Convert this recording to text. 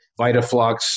VitaFlux